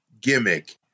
gimmick